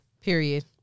Period